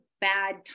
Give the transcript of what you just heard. bad